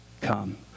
come